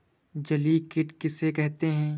जलीय कीट किसे कहते हैं?